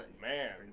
Man